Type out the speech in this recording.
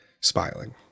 smiling